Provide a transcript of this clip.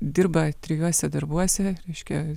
dirba trijuose darbuose reiškia